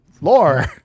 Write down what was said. lore